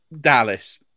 Dallas